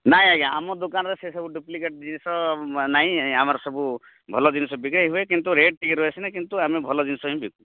ନାଇଁ ଆଜ୍ଞା ଆମ ଦୋକାନରେ ସେ ସବୁ ଡୁପ୍ଲିକେଟ୍ ଜିନିଷ ନାହିଁ ଆମର୍ ସବୁ ଭଲ ଜିନିଷ ବିକ୍ରି ହୁଏ କିନ୍ତୁ ରେଟ୍ ଟିକେ ରହେ ସିନା କିନ୍ତୁ ଆମେ ଭଲ ଜିନିଷ ହିଁ ବିକୁ